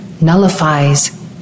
nullifies